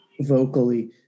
vocally